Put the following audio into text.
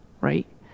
right